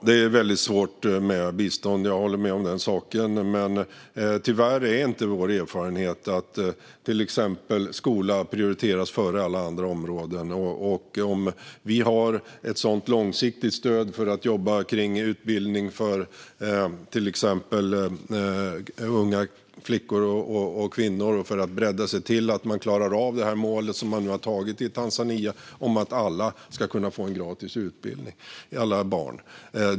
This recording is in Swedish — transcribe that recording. Fru talman! Jag håller med om att det är svårt med bistånd. Men tyvärr är det inte vår erfarenhet att till exempel skolan prioriteras före alla andra områden. Det behöver inte vara fel väg att gå att med hjälp av ett långsiktigt stöd jobba med utbildning för till exempel unga flickor och kvinnor för att klara det mål som har antagits i Tanzania om att alla barn ska få gratis utbildning.